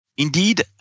Indeed